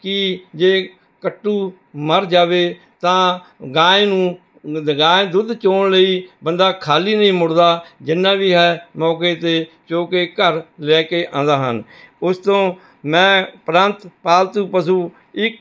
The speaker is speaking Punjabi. ਕਿ ਜੇ ਕੱਟੂ ਮਰ ਜਾਵੇ ਤਾਂ ਗਾਏਂ ਨੂੰ ਦ ਗਾਏਂ ਦੁੱਧ ਚੋਣ ਲਈ ਬੰਦਾ ਖਾਲੀ ਨਹੀਂ ਮੁੜਦਾ ਜਿੰਨਾਂ ਵੀ ਹੈ ਮੌਕੇ 'ਤੇ ਚੌ ਕੇ ਘਰ ਲੈ ਕੇ ਆਉਂਦਾ ਹਨ ਉਸ ਤੋਂ ਮੈਂ ਉਪਰੰਤ ਪਾਲਤੂ ਪਸ਼ੂ ਇੱਕ